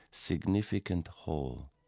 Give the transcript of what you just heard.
significant whole.